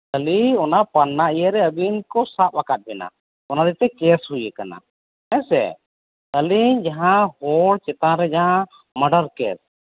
ᱠᱷᱟᱹᱞᱤ ᱚᱱᱟ ᱯᱟᱱᱱᱟ ᱤᱭᱟᱹ ᱨᱮ ᱟᱹᱵᱤᱱ ᱠᱚ ᱥᱟᱵ ᱠᱟᱫ ᱵᱮᱱᱟ ᱚᱱᱟ ᱠᱷᱟᱹᱛᱤᱨ ᱛᱮ ᱠᱮᱹᱥ ᱦᱩᱭ ᱠᱟᱱᱟ ᱦᱮᱸ ᱥᱮ ᱟᱹᱞᱤᱧ ᱡᱟᱦᱟᱸ ᱦᱚᱲ ᱪᱮᱛᱟᱱ ᱨᱮ ᱡᱟᱦᱟᱸ ᱢᱟᱰᱟᱨ ᱠᱮᱹᱥ